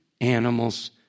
animals